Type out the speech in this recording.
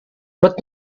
but